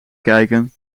kijken